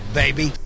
baby